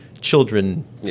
children